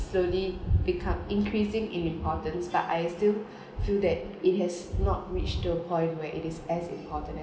slowly become increasing in importance but I still feel that it has not reached the point where it is as important